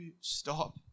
stop